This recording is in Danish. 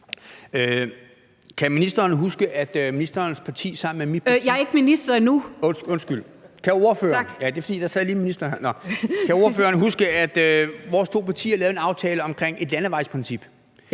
kan ordføreren huske, at vores to partier lavede en aftale omkring et landevejsprincip?